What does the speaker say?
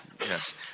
yes